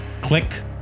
click